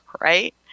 Right